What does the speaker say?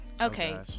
Okay